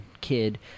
kid